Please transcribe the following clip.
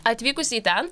atvykus į ten